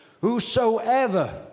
whosoever